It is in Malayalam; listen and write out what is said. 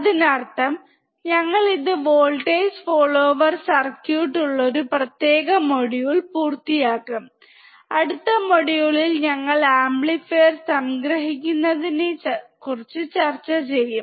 അതിനാൽ ഞങ്ങൾ ഇത് വോൾട്ടേജ് ഫോളോയർ സർക്യൂട്ട് ഉള്ള പ്രത്യേക മൊഡ്യൂൾ പൂർത്തിയാക്കും അടുത്ത മൊഡ്യൂളിൽ ഞങ്ങൾ ആംപ്ലിഫയർ സംഗ്രഹിക്കുന്നതിനെക്കുറിച്ച് ചർച്ചചെയ്യും